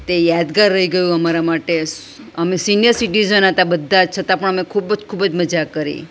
તે યાદગાર રહી ગયું અમારા માટે અમે સિનિયર સીટીઝન હતા બધા જ છતાં અમે ખૂબ જ મજા ખૂબ જ મજા કરી